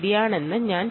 ഇതിനെ t21 എന്ന് പറയാം